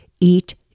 eat